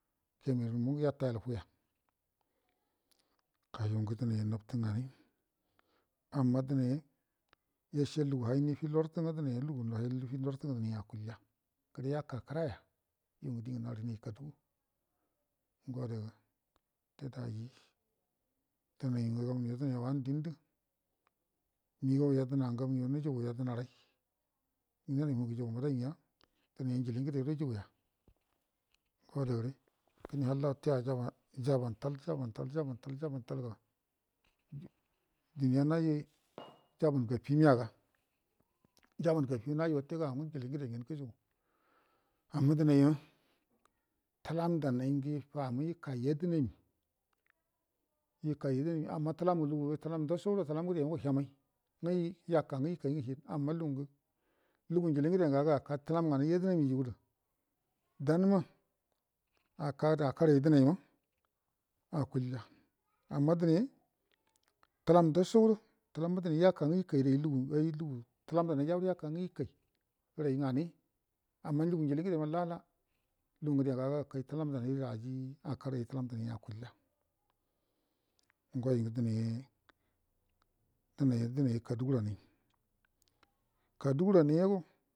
Cameroon mungə yatayal fuya ga yu ngə dənee nabtə nganai amma dənai yashe ainifi lortə ngə dənai lugu cunifi brtu gaucu akulya gəre yaka kəraya yu ngə dingə harinai kadugu ngo adaga daji gamunaijo dənai wanə dində migau yedəna ngə gamunə yo nujugu yedənarai nga dənai mungə yujugu mbədai nya dəne njili ngəde do yujuguya ngo adare kəne halla wute halla jabantal jabantal jabantal jabantal ga duniya naji jaban gafi miyaga jabangaffima naji wute gau nga njili ngəde ngeu gujugu amma dənaiya təlam ndanai ngə ikama ika yedənami ika yedəkami amma tzlam ngə luguwa təlam ndashodo təlam ngəde nga hyamai nga yaka nga ikai nga hyin amma lugu ngə lngu njili ngə de ngə ama akai təlam nganai yedənami ju gədə damma akadə akarə ai dənaima akalya amma dənee təlam ndashodo təlamma adənee gaka nga ikairə ai lugu ai lugu təlam ndanaijada yaka nga ikai rə ai nganee amma lugu njili ngədema lala lugu ngəde ga re akai təlam ndanai də akarə ai ayi təlam ndanai akulya againgə dənee dənee dənee kadugurani kaduguranaigo